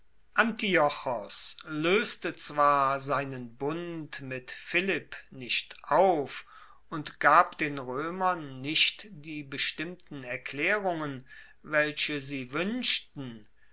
antiochos loeste zwar seinen bund mit philipp nicht auf und gab den roemern nicht die bestimmten erklaerungen welche sie wuenschten